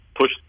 push